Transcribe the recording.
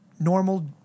Normal